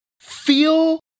Feel